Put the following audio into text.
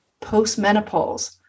post-menopause